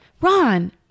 Ron